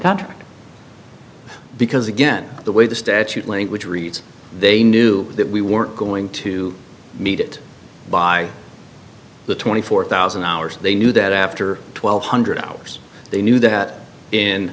contract because again the way the statute which reads they knew that we were going to meet it by the twenty four thousand hours they knew that after twelve hundred hours they knew that in